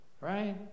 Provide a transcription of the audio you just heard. right